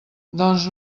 doncs